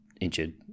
injured